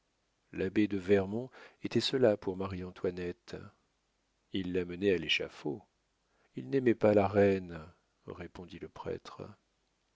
l'abbé de vermont était cela pour marie-antoinette il l'a menée à l'échafaud il n'aimait pas la reine répondit le prêtre